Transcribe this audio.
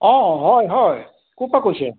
অঁ হয় হয় ক'ৰপৰা কৈছে